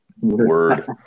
Word